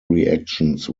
reactions